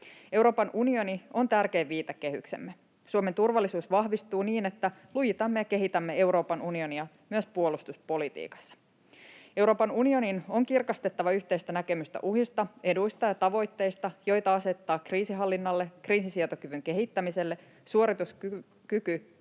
Euroopan unioni on tärkein viitekehyksemme. Suomen turvallisuus vahvistuu niin, että lujitamme ja kehitämme Euroopan unionia myös puolustuspolitiikassa. Euroopan unionin on kirkastettava yhteistä näkemystä uhista, eduista ja tavoitteista, joita asetetaan kriisinhallinnalle, kriisinsietokyvyn kehittämiselle, suorituskykytyölle